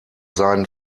seinen